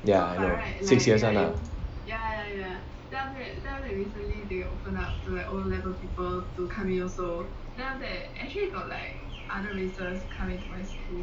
ya I know six years one lah